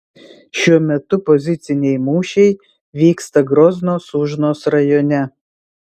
šiuo metu poziciniai mūšiai vyksta grozno sunžos rajone